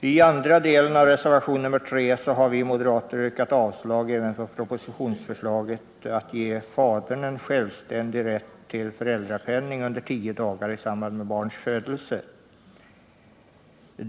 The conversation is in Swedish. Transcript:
I andra delen av reservationen 3 har vi moderater yrkat avslag även på propositionsförslaget att ge fadern en självständig rätt till föräldrapenning under tio dagar i samband med barns födelse.